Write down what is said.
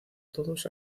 todos